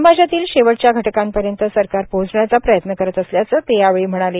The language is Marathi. समाजातील शेवटच्या घटकांपर्यंत सरकार पोहोचण्याचा प्रयत्न करत असल्याचं ते म्हणाले